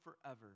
forever